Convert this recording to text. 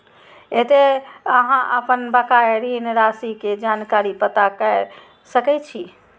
एतय अहां अपन बकाया ऋण राशि के जानकारी पता कैर सकै छी